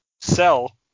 sell